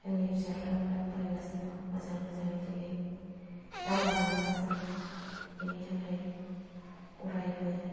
जोंनि फिसाफ्राबो दा फरायगासिनो दं मोजाङै मोजाङै दिनै दावगालांगासिनो दं बेनि थाखाय अरायबो